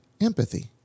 empathy